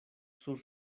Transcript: sur